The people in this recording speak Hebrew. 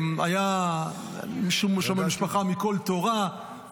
היה מישהו שם במשפחה מקול תורה,